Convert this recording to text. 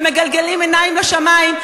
ומגלגלים עיניים לשמים,